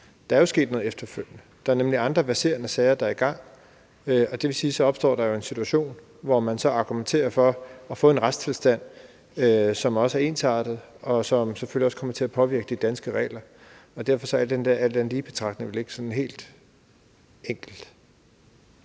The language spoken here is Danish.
er jo sket noget efterfølgende – der er nemlig andre verserende sager. Og det vil sige, at så opstår der jo en situation, hvor man så argumenterer for at få en retstilstand, som er ensartet, og som selvfølgelig også kommer til at påvirke de danske regler. Og derfor er den der alt andet